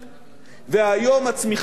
והיום הצמיחה חיובית,